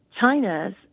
China's